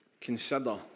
consider